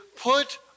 put